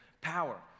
power